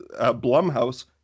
Blumhouse